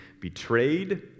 betrayed